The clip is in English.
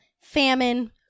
famine